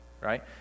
right